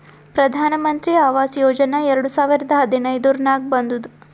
ಪ್ರಧಾನ್ ಮಂತ್ರಿ ಆವಾಸ್ ಯೋಜನಾ ಎರಡು ಸಾವಿರದ ಹದಿನೈದುರ್ನಾಗ್ ಬಂದುದ್